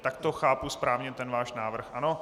Takto chápu správně ten váš návrh, ano?